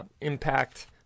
impact